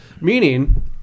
Meaning